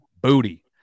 booty